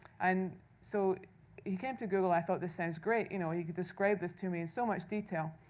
and so he came to google. i thought, this sounds great. you know he described this to me in so much detail.